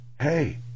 hey